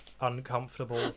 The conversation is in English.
uncomfortable